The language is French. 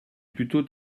plutôt